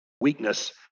weakness